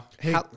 Hey